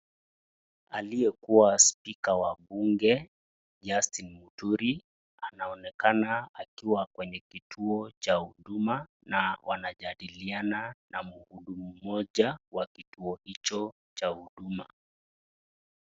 Aliyekuwa spika wa Bunge Justin Muturi, anaonekana akiwa kwenye kituo cha huduma, na wanajadiliana na muudumu moja wa kituo hicho cha huduma.